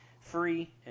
free